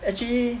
actually